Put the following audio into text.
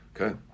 Okay